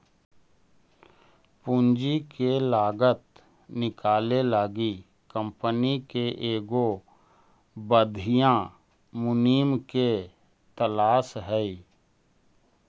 पूंजी के लागत निकाले लागी कंपनी के एगो बधियाँ मुनीम के तलास हई